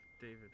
David